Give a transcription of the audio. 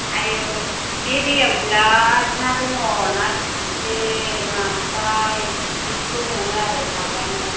आयौ बे दैयाव बिराद ना दङ ना फिथिख्रि नास्राय बिदिफोरखौ मोनो आरो सारब्लानो